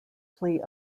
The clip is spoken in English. flee